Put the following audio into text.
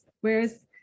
whereas